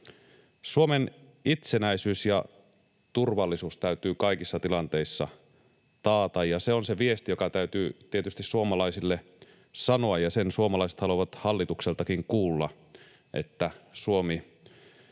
Suomen itsenäisyys ja turvallisuus täytyy kaikissa tilanteissa taata, ja se on se viesti, joka täytyy tietysti suomalaisille sanoa. Ja sen suomalaiset haluavat hallitukseltakin kuulla, että Suomi